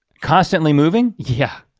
constantly moving? yeah,